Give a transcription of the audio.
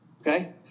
Okay